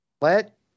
let